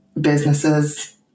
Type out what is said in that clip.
businesses